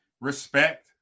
respect